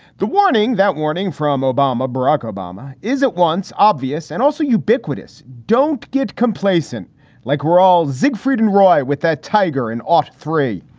the warning, that warning from obama. barack obama isn't once obvious and also ubiquitous. don't get complacent like we're all zig fruit and roy with that tiger and all three.